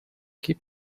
keep